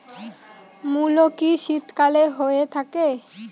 মূলো কি শীতকালে হয়ে থাকে?